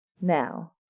now